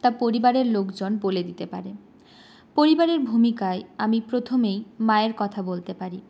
তা পরিবারের লোকজন বলে দিতে পারেন পরিবারের ভূমিকায় আমি প্রথমেই মায়ের কথা বলতে পারি